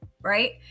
right